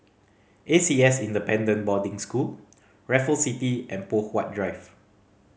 A C S Independent Boarding School Raffles City and Poh Huat Drive